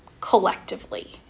collectively